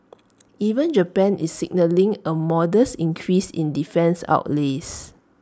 even Japan is signalling A modest increase in defence outlays